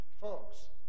Folks